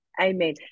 Amen